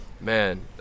man